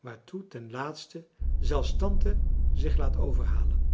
waartoe ten laatste zelfs tante zich laat overhalen